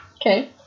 Okay